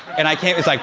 and i came it's like